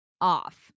off